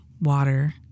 water